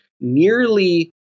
nearly